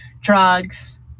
drugs